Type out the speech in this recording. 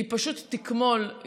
היא פשוט תקמול.